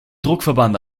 druckverband